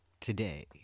Today